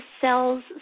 cells